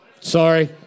Sorry